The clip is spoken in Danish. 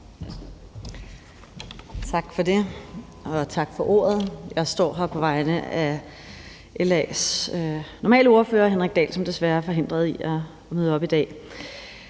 Tak for det, og tak for ordet. Jeg står her på vegne af LA's normale ordfører, Henrik Dahl, som desværre er forhindret i at møde op i dag.